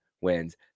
wins